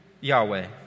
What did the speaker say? Yahweh